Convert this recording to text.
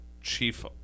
chief